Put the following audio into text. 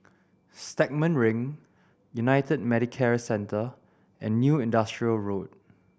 Stagmont Ring United Medicare Centre and New Industrial Road